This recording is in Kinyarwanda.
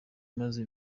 imaze